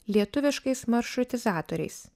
lietuviškais maršrutizatoriais